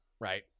Right